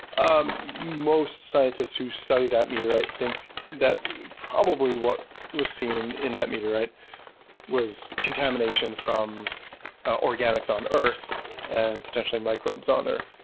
um most scientists who studied that meteorite think that probably what was seen in that meteorite was contamination from organics on earth and potentially microbes on earth.